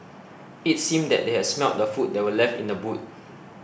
it seemed that they had smelt the food that were left in the boot